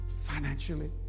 financially